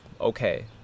okay